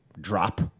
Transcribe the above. drop